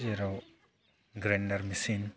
जेराव ग्रेन्दार मेचिन